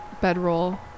bedroll